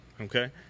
Okay